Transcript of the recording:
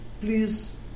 please